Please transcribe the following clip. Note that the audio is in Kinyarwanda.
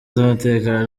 z’umutekano